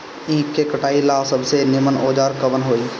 ईख के कटाई ला सबसे नीमन औजार कवन होई?